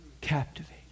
Captivate